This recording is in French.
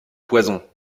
poison